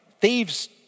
Thieves